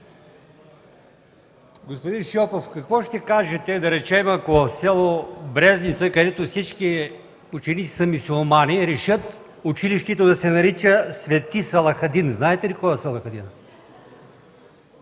Господин Шопов, какво ще кажете, да речем, ако в с. Брезница, където всички ученици са мюсюлмани, решат училището да се казва „Св. Салахадин”? Знаете ли какво е Салахадин?